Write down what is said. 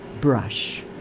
Brush